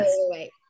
wait